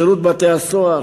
שירות בתי-הסוהר,